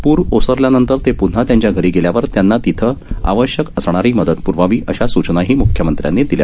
पूर ओसरल्यानंतर ते प्न्हा त्यांच्या घरी गेल्यावर त्यांना तिथं आवश्यक असणारी मदत प्रवावी अशा सूचनाही मुख्यमंत्र्यांनी दिल्या